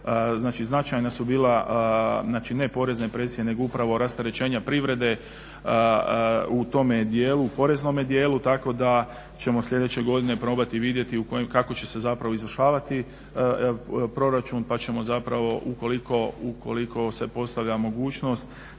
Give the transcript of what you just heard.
značajna su bila, znači ne porezne presije nego upravo rasterećenja privrede u tome dijelu, u poreznome dijelu. Tako da ćemo sljedeće godine probati i vidjeti kako će se zapravo izvršavati proračun. Pa ćemo zapravo ukoliko, ukoliko se postavlja mogućnost